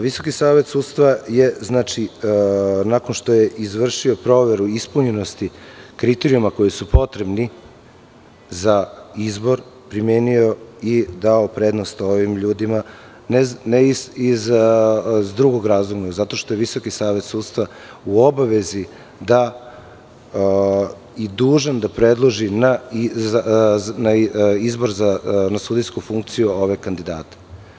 Visoki savet sudstva je nakon što je izvršio proveru ispunjenosti kriterijuma koji su potrebni za izbor, primenio i dao prednost ovim ljudima iz drugog razloga, zato što je VSS u obavezi da predloži na izbor za sudijsku funkciju ove kandidate.